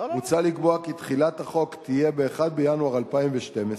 מוצע לקבוע כי תחילת החוק תהיה ב-1 בינואר 2012,